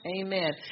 Amen